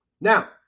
Now